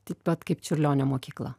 taip pat kaip čiurlionio mokykla